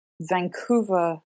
vancouver